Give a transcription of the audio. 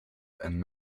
and